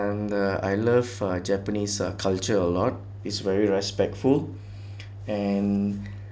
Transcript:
and uh I love uh japanese culture a lot is very respectful and